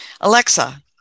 Alexa